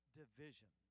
division